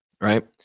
Right